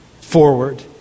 forward